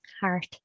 heart